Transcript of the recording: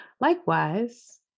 Likewise